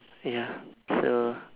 ya so